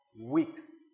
Weeks